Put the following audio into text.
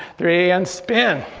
three and spin.